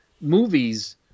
movies